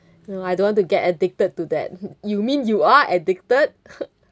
no I don't want to get addicted to that you mean you are addicted